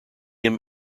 him